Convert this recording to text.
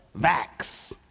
Vax